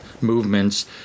movements